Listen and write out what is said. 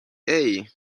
hey